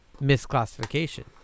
misclassification